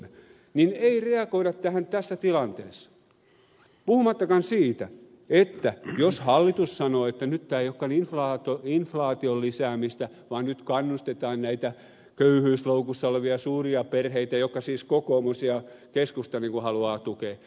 ei reagoida tähän tässä tilanteessa puhumattakaan siitä että hallitus sanoo että nyt tämä ei olekaan inflaation lisäämistä vaan nyt kannustetaan näitä köyhyysloukussa olevia suuria perheitä joita siis kokoomus ja keskusta haluavat tukea kuluttamaan